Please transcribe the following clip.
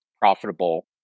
profitable